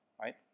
right